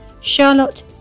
Charlotte